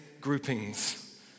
groupings